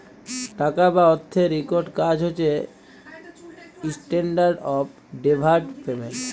টাকা বা অথ্থের ইকট কাজ হছে ইস্ট্যান্ডার্ড অফ ডেফার্ড পেমেল্ট